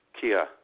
Kia